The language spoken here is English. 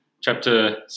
chapter